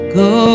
go